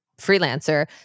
freelancer